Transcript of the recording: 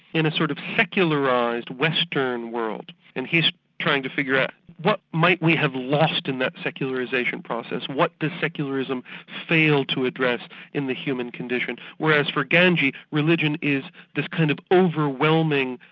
in a sort of secularised western world, and he's trying to figure out what might we have lost in that secularisation process? what does secularism fail to address in the human condition? whereas for ganji, religion is this kind of overwhelming,